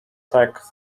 tech